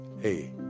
Hey